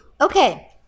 Okay